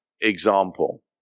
example